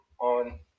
on